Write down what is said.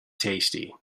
tasty